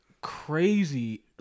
crazy